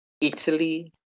Italy